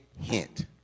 hint